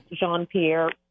Jean-Pierre